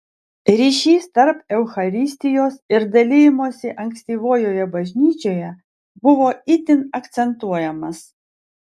ryšys tarp eucharistijos ir dalijimosi ankstyvojoje bažnyčioje buvo itin akcentuojamas